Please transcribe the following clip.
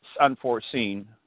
unforeseen